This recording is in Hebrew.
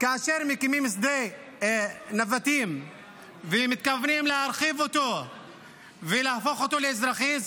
כאשר מקימים את שדה נבטים ומתכוונים להרחיב אותו ולהפוך אותו לאזרחי,